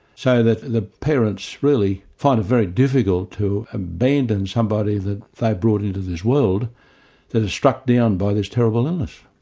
so that the parents really find it very difficult to abandon somebody that they brought into this world that is struck down by this terrible illness.